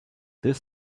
this